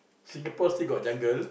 Singapore still got jungle